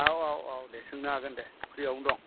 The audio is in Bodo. औ औ औ दे सोंनो हागोन दे फ्रि आवनो दं